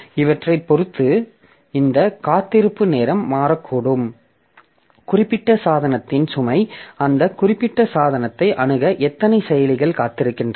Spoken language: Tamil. இவற்றைப் பொறுத்து இந்த காத்திருப்பு நேரம் மாறக்கூடும் குறிப்பிட்ட சாதனத்தின் சுமை அந்த குறிப்பிட்ட சாதனத்தை அணுக எத்தனை செயலிகள் காத்திருக்கின்றன